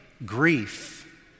Grief